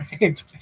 Right